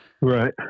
Right